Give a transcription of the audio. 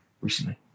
recently